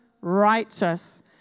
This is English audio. righteous